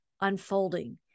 unfolding